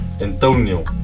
Antonio